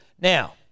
Now